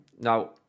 Now